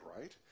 right